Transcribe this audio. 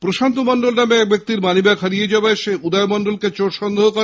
প্রশান্ত মন্ডল নামে এক ব্যক্তির মানি ব্যাগ হারিয়ে যাওয়ায় উদয় মন্ডলকে চোর সন্দেহ করে